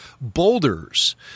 boulders